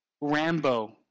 rambo